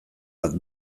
bat